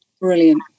brilliant